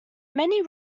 many